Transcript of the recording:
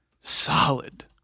solid